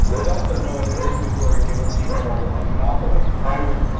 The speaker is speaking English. there's also no other industries where we've given people a monopoly, i would,